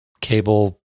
cable